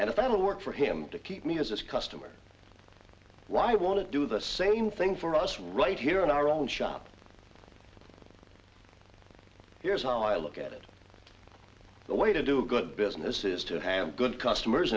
and if i don't work for him to keep me as a customer why i want to do the same thing for us right here in our own shop here's how i look at it the way to do a good business is to have good customers